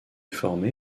formé